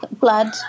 blood